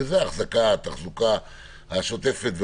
שזה אחזקה תחזוקה שוטפת וכדומה.